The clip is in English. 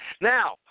Now